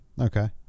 Okay